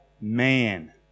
man